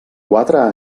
quatre